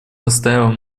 настаиваем